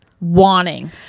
wanting